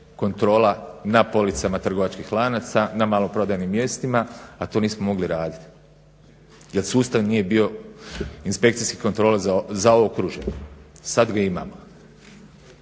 kontrola na policama trgovačkih lanaca, na maloprodajnim mjestima, a to nismo mogli raditi jer sustav nije bio inspekcijskih kontrola zaokružen. Sad ga imamo